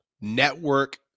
Network